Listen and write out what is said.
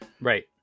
Right